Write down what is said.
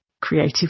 creative